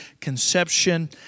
conception